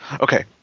Okay